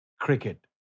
cricket